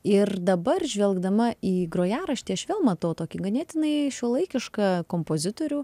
ir dabar žvelgdama į grojaraštį aš vėl matau tokį ganėtinai šiuolaikišką kompozitorių